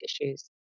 issues